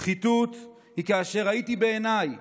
שחיתות היא כאשר ראיתי בעיניי